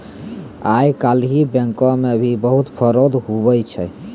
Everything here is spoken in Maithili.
आइ काल्हि बैंको मे भी बहुत फरौड हुवै छै